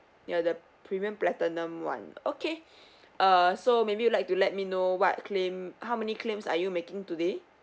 ya the premium platinum [one] okay uh so maybe you'd like to let me know what claim how many claims are you making today